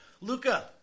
Luca